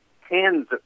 Hands